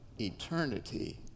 eternity